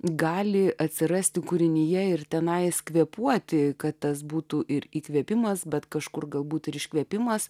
gali atsirasti kūrinyje ir tenai kvėpuoti kad tas būtų ir įkvėpimas bet kažkur galbūt ir iškvėpimas